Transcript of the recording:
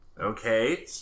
Okay